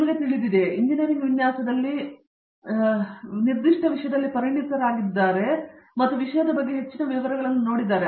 ನಿಮಗೆ ತಿಳಿದಿದೆಯೇ ಇಂಜಿನಿಯರಿಂಗ್ ವಿನ್ಯಾಸದಲ್ಲಿ ವಿಶೇಷವಾದವರು ಆದರೆ ಅವರು ಎಂಜಿನಿಯರಿಂಗ್ ವಿನ್ಯಾಸದಲ್ಲಿ ನಿರ್ದಿಷ್ಟ ವಿಷಯದಲ್ಲಿ ಪರಿಣತರಾಗಿದ್ದಾರೆ ಮತ್ತು ವಿಷಯದ ಬಗ್ಗೆ ಹೆಚ್ಚಿನ ವಿವರಗಳನ್ನು ನೋಡಿದ್ದಾರೆ